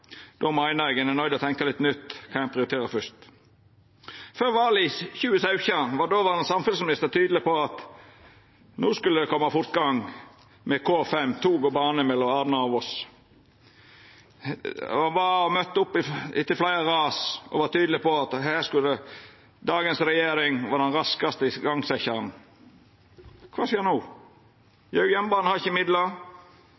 Då meiner eg ein er nøydd til å tenkja litt nytt om kva ein prioriterer fyrst. Før valet i 2017 var dåverande samferdselsminister tydeleg på at no skulle det koma fortgang med K5, tog og bane mellom Arna og Voss. Han møtte opp etter fleire ras og var tydeleg på at her skulle dagens regjering vera den raskaste igangsetjaren. Kva skjer no?